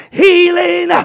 healing